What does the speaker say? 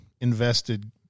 invested